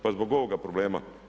Pa zbog ovoga problema.